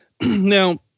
Now